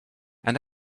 and